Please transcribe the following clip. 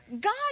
God